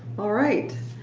alright,